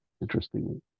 interestingly